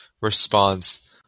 response